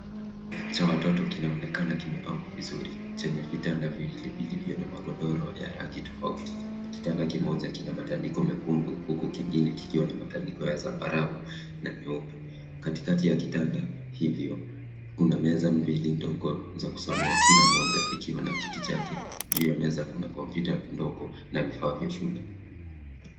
Chumba cha watoto kinaonekana kimepangwa vizuri, chenye vitanda viwili vilivyo na magodoro ya rangi tofauti. Kitanda kimoja kina matandiko mekundu, huku kingine kikiwa na matandiko ya zambarau na nyeupe. Katikati ya kitanda hivyo, mna meza mbili ndogo za kusomea, kila moja ikiwa na kiti chake. Juu ya meza kuna kompyuta ndogo na vifaa vya shule.